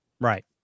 Right